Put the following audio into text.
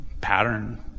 pattern